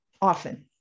often